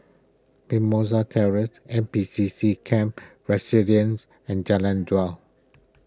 Mimosa Terrace N P C C Camp Resilience and Jalan Daud